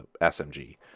SMG